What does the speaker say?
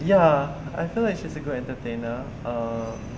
ya I feel like she's a good entertainer err